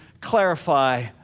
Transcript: clarify